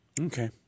okay